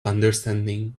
understanding